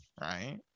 right